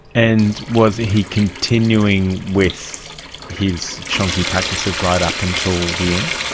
and was he continuing with his shonky practices right up until the end?